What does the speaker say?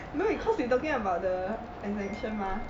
no because you talking about the exemption mah